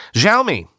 Xiaomi